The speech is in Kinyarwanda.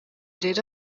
rero